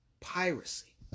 piracy